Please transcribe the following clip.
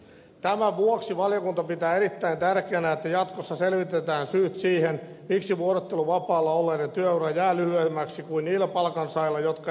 tämän vuoksi valiokunta pitää erittäin tärkeänä että jatkossa selvitetään syyt siihen miksi vuorotteluvapaalla olleiden työura jää lyhyemmäksi kuin niillä palkansaajilla jotka eivät pidä vuorotteluvapaata